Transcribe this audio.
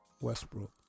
Westbrook